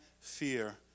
fear